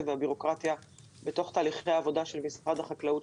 והבירוקרטיה בתוך תהליכי העבודה של משרד החקלאות.